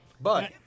But-